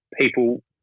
people